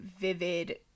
vivid